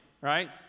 right